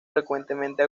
frecuentemente